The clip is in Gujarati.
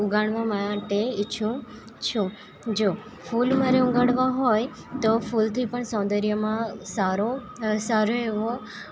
ઉગાડવા માટે ઈચ્છું છું જો ફૂલ મારે ઉગાડવા હોય તો ફૂલથી પણ સૌંદર્યમાં સારો સારો એવો